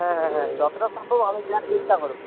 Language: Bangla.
হ্যাঁ হ্যাঁ হ্যাঁ যতটা সম্ভব আমি যাওয়ার চেষ্টা করবো